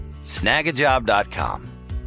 Snagajob.com